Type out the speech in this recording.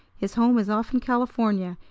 his home is off in california,